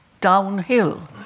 downhill